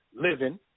living